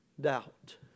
Doubt